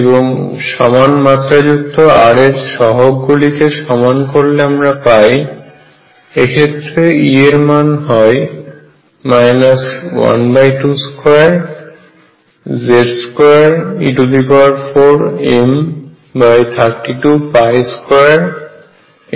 এবং সমান মাত্রা যুক্ত r এর সহগ গুলিকে সমান করলে আমরা পাই এক্ষেত্রে E এর মান হয় 122Z2e4m322022